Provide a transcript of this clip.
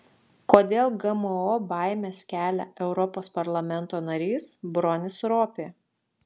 kodėl gmo baimes kelia europos parlamento narys bronis ropė